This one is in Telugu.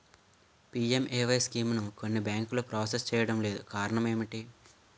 పి.ఎం.ఎ.వై స్కీమును కొన్ని బ్యాంకులు ప్రాసెస్ చేయడం లేదు కారణం ఏమిటి?